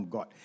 God